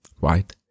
right